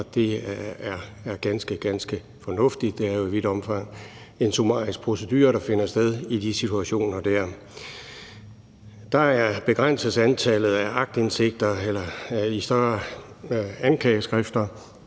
ganske, ganske fornuftigt. Det er jo i vidt omfang en summarisk procedure, der finder sted i de situationer. Der er en begrænsning på antallet af aktindsigter i større anklageskrifter,